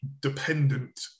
dependent